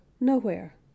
nowhere